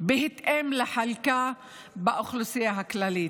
בהתאם לחלקה באוכלוסייה הכללית.